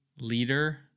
leader